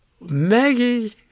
Maggie